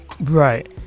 Right